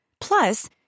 Plus